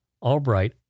Albright